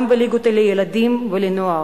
גם בליגות לילדים ונוער.